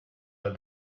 but